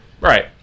Right